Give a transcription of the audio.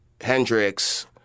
Hendrix